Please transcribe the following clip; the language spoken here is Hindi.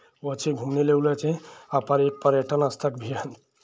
वो अच्छी घूमने आ पर्य पर्यटन स्थल भी है